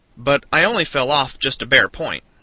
but i only fell off just a bare point,